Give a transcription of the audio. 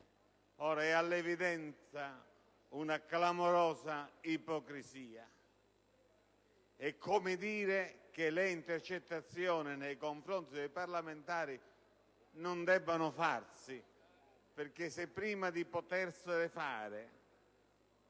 Ora, è all'evidenza una clamorosa ipocrisia: è come dire che le intercettazioni nei confronti dei parlamentari non debbano farsi, perché prima di poterle fare